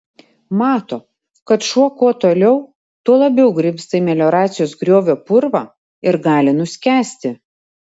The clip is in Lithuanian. mato kad šuo kuo toliau tuo labiau grimzta į melioracijos griovio purvą ir gali nuskęsti